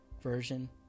version